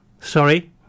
sorry